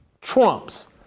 trumps